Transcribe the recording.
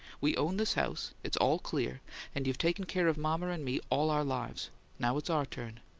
we own this house it's all clear and you've taken care of mama and me all our lives now it's our turn.